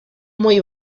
muy